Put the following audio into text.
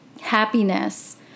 happiness